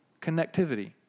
connectivity